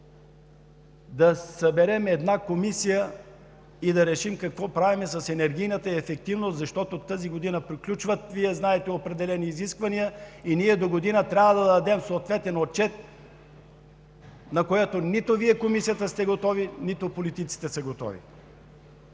се съберем на комисия и да решим какво правим с енергийната ефективност, защото тази година, знаете, приключват определени изисквания и ние догодина трябва да дадем съответен отчет, на което нито Вие, Комисията, сте готови, нито политиците са готови.